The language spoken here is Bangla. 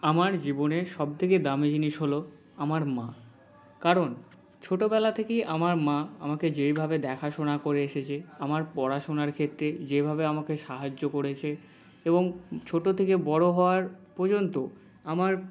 আমার জীবনের সবথেকে দামি জিনিস হলো আমার মা কারণ ছোটোবেলা থেকেই আমার মা আমাকে যেইভাবে দেখাশোনা করে এসেছে আমার পড়াশোনার ক্ষেত্রে যেভাবে আমাকে সাহায্য করেছে এবং ছোটো থেকে বড়ো হওয়ার পর্যন্ত আমার